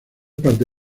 parte